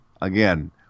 again